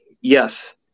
yes